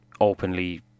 openly